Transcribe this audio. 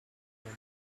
know